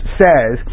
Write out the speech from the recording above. says